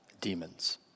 demons